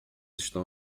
estão